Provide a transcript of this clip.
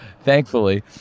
thankfully